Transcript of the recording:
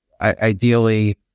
ideally